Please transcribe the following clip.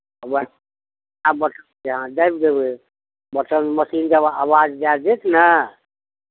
उएह बटमकेँ अहाँ दाबि देबै बटम मशीन जब आवाज दए देत ने